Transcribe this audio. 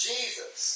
Jesus